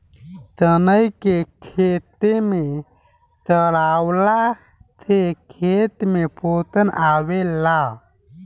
सनई के खेते में सरावला से खेत में पोषण आवेला